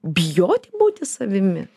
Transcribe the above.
bijoti būti savimi